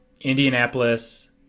Indianapolis